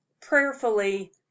prayerfully